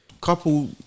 couple